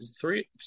three